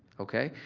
okay?